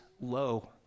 low